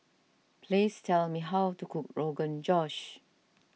please tell me how to cook Rogan Josh